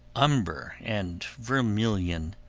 umber, and vermilion.